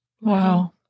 Wow